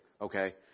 Okay